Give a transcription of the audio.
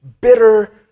bitter